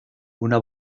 una